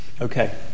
Okay